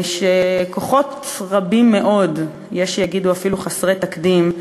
וכוחות רבים מאוד, יש שיגידו אפילו חסרי תקדים,